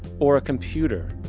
or a computer,